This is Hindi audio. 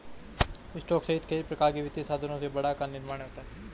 स्टॉक सहित कई प्रकार के वित्तीय साधनों से बाड़ा का निर्माण किया जा सकता है